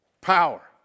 power